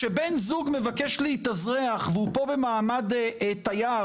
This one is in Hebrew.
כשבן-זוג מבקש להתאזרח והוא פה במעמד תייר